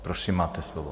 Prosím, máte slovo.